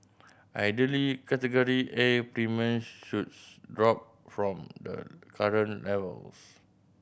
ideally Category A premiums should drop from the current levels